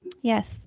Yes